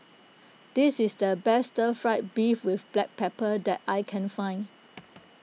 this is the best Stir Fried Beef with Black Pepper that I can find